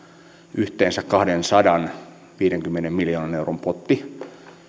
yhteensä kahdensadanviidenkymmenen miljoonan euron potti